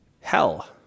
hell